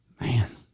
Man